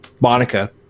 monica